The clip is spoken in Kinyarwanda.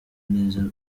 neza